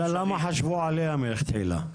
למה חשבו עליה מלכתחילה?